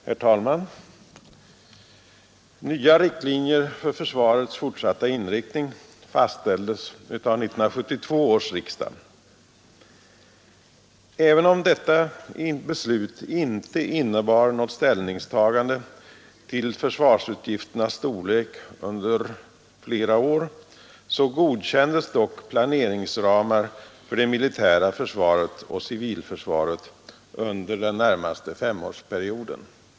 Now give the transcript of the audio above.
Herr talman! Nya riktlinjer för försvarets fortsatta inriktning fastställdes av 1972 års riksdag. Även om detta beslut inte innebar något ställningstagande till försvarsutgifternas storlek under flera år godkändes dock planeringsramar för det militära försvaret och civilförsvaret för den närmaste femårsperioden.